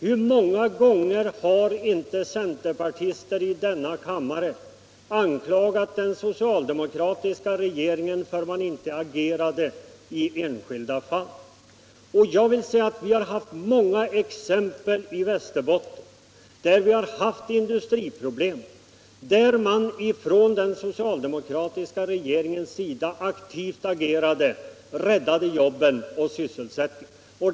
Hur många gånger har inte centerpartister i denna kammare anklagat den socialdemokratiska regeringen för att man inte agerade i enskilda fall! Vi har i Västerbotten haft många exempel på att man från den socialdemokratiska regeringens sida aktivt agerat när vi har haft industriproblem, att man har räddat jobben och sysselsättningen.